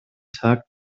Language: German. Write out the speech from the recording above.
tag